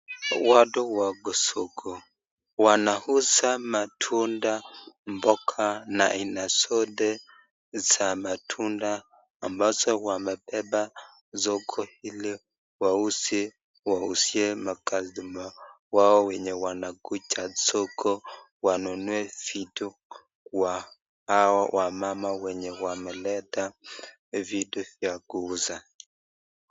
Watu wako soko wanauza matunda, mboga na aina zote za matunda ambazo wamebeba soko ili wauze wauzie ma customer wao wenye wanakuja soko wanunue vitu kwa hao wamama wenye wameleta vitu vya kuuza.